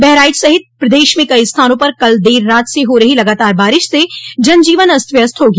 बहराइच सहित प्रदेश में कई स्थानों पर कल देर रात से हो रही लगातार बारिश से जनजीवन अस्त व्यस्त हो गया